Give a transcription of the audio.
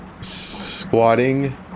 squatting